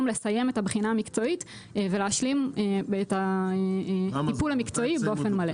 לסיים את הבחינה המקצועית ולהשלים את הטיפול המקצועי באופן מלא.